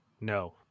No